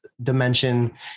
dimension